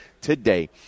today